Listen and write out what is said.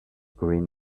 green